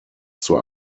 zur